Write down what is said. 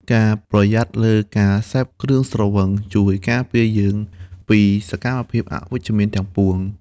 ការប្រយ័ត្នលើការសេពគ្រឿងស្រវឹង ជួយការពារយើងពីសកម្មភាពអវិជ្ជមានទាំងពួង។